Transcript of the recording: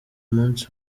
munsi